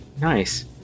nice